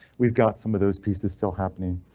we've got some of those pieces still happening.